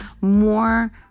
more